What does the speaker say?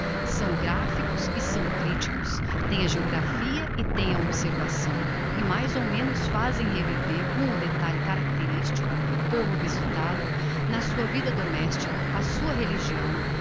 são graphicos e são criticos têm a geographia e têm a observação e mais ou menos fazem reviver com o detalhe caracteristico o povo visitado na sua vida domestica a sua religião